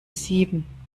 sieben